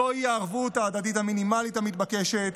זוהי הערבות ההדדית המינימלית המתבקשת.